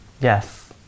yes